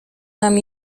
nam